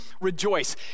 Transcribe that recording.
rejoice